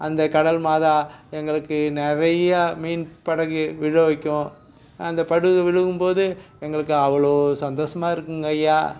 அந்தக் கடல் மாதா எங்களுக்கு நிறைய மீன் படகு விழ வைக்கும் அந்த படகு விழுகும் போது எங்களுக்கு அவ்வளோ சந்தோஷமாக இருக்குங்கய்யா